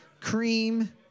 cream